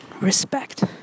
respect